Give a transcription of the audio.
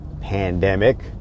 pandemic